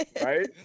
Right